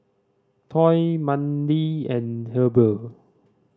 Toy Mandie and Heber